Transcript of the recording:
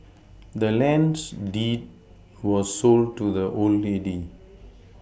the land's deed was sold to the old lady